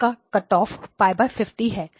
उसका cut off π 50 है